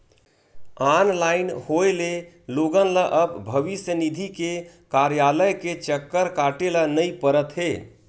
online होए ले लोगन ल अब भविस्य निधि के कारयालय के चक्कर काटे ल नइ परत हे